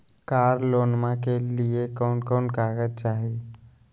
कार लोनमा के लिय कौन कौन कागज चाही?